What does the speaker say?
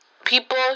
People